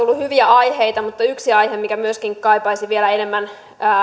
tullut hyviä aiheita mutta yksi aihe mikä myöskin kaipaisi vielä enemmän